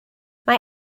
mae